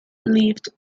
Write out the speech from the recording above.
lived